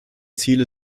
ziele